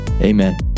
Amen